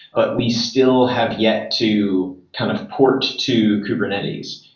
but we still have yet to kind of port to kubernetes.